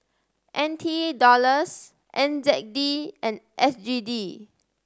N T Dollars N Z D and S G D